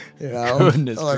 Goodness